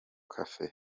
cafe